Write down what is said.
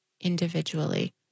individually